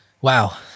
Wow